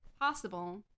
possible